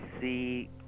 see